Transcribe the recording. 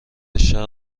شرق